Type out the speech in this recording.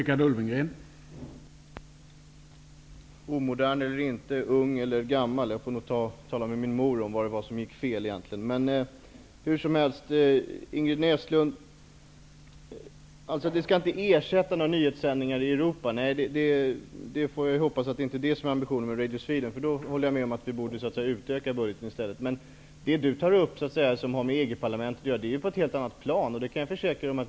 Herr talman! Omodern eller inte, ung eller gammal, jag får nog tala med min mor om vad det var som egentligen gick fel. Nyhetssändningarna i Europa skall inte ersättas, Ingrid Näslund. Det hoppas jag verkligen inte är ambitionen med Radio Sweden. Jag håller med om att vi i så fall borde utöka budgeten i stället. Det Ingrid Näslund emellertid tar upp, som har med EG-parlamentet att göra, är på ett annat plan. Det kan jag försäkra.